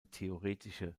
theoretische